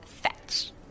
fetch